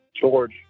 George